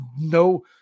no